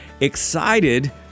excited